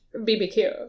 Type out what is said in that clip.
BBQ